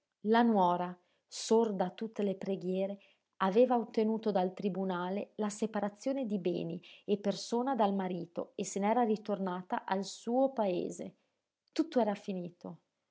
la nuora sorda a tutte le preghiere aveva ottenuto dal tribunale la separazione di beni e persona dal marito e se n'era ritornata al suo paese tutto era finito